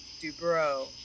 Dubrow